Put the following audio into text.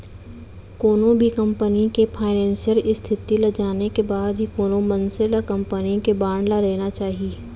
कोनो भी कंपनी के फानेसियल इस्थिति ल जाने के बाद ही कोनो मनसे ल कंपनी के बांड ल लेना चाही